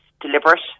deliberate